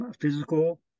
physical